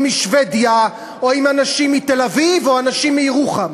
משבדיה או אנשים מתל-אביב או אנשים מירוחם.